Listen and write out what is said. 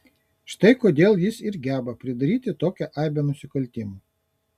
štai kodėl jis ir geba pridaryti tokią aibę nusikaltimų